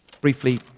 Briefly